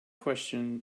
question